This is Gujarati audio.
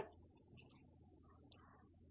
8